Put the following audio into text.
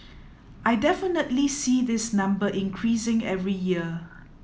I definitely see this number increasing every year